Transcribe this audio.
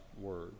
word